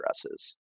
addresses